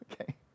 Okay